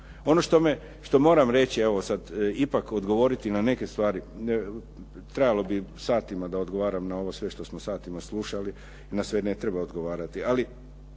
Ono što moram reći, evo sad ipak odgovoriti na neke stvari, trebalo bi satima da odgovaram na ovo sve što smo satima slušali, na sve ne treba odgovarati,